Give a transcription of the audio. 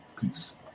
peace